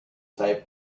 type